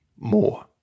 more